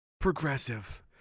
progressive